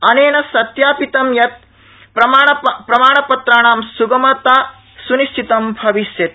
अनेन सत्यापित प्रमाणपत्राणां सुगमता सुनिश्चितं भविष्यति